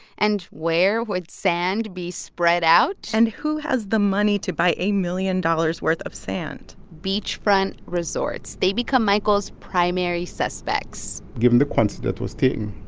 and where would sand be spread out? and who has the money to buy a million dollars' worth of sand? beachfront resorts. they become michael's primary suspects given the quantity that was taken,